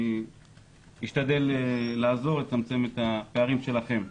אשתדל לעזור לצמצם את הפערים שלכם.